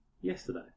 yesterday